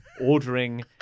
ordering